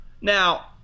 Now